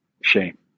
shame